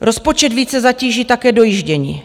Rozpočet více zatíží také dojíždění.